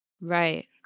Right